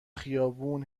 خیابون